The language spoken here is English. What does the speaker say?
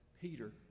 Peter